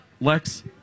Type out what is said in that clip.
Lex